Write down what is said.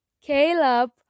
caleb